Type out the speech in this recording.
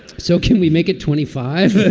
so can we make it twenty five?